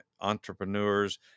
entrepreneurs